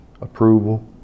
approval